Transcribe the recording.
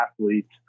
athletes